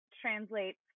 translates